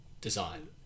design